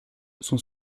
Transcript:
sont